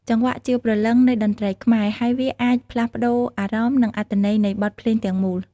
ចង្វាក់ជាព្រលឹងនៃតន្ត្រីខ្មែរ ហើយវាអាចផ្លាស់ប្ដូរអារម្មណ៍ និងអត្ថន័យនៃបទភ្លេងទាំងមូល។